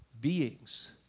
beings